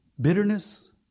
bitterness